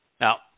Now